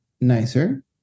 nicer